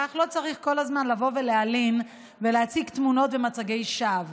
כך שלא צריך כל הזמן לבוא ולהלין ולהציג תמונות ומצגי שווא.